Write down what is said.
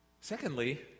Secondly